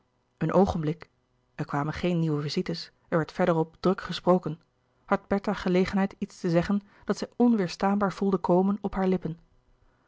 een oogenblik er kwamen geen nieuwe visites er werd verder op druk gesproken had bertha gelegenheid iets te zeggen dat zij onweêrstaanbaar voelde komen op haar lippen